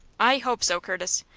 i hope so, curtis.